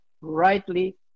rightly